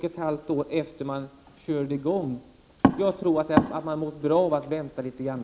Jag tror man mår bra av att vänta litet grand.